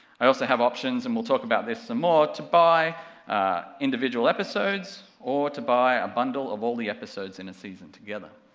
i also have options, and we'll talk about this some more, to buy individual episodes, or to buy a bundle of all the episodes in a season together.